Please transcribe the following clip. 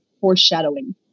foreshadowing